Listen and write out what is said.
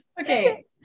Okay